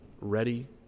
ready